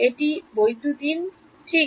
একটি বৈদ্যুতিন ঠিক